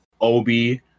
Obi